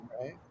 right